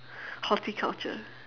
horticulture